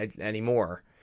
anymore